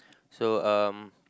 so um